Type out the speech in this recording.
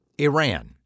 Iran